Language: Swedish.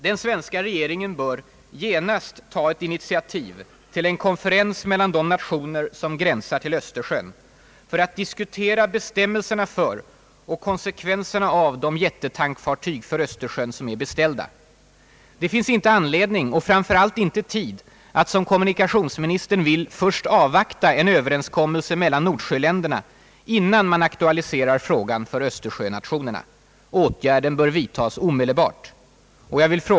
Den svenska regeringen bör genast ta ett initiativ till en konferens mellan de nationer som gränsar till Östersjön för att diskutera bestämmelserna för och konsekvenserna av de jättetankfartyg för Östersjön som är beställda. Det finns inte anledning — och framför allt inte tid — att, som kommunikationsministern vill, avvakta en överenskommelse mellan Nordsjöländerna innan man aktualiserar frågan för Ööstersjönationerna. Åtgärden bör vidtas omedelbart.